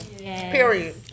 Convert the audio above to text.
Period